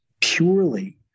purely